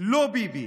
לא ביבי,